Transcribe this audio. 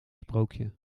sprookje